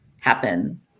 happen